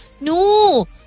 no